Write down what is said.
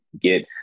get